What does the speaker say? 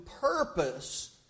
purpose